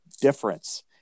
difference